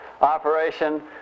operation